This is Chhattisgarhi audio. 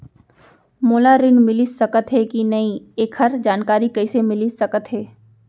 मोला ऋण मिलिस सकत हे कि नई एखर जानकारी कइसे मिलिस सकत हे?